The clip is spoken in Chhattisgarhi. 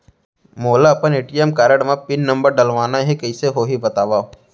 मोला अपन ए.टी.एम कारड म पिन नंबर डलवाना हे कइसे होही बतावव?